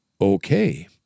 Okay